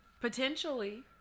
Potentially